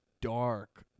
dark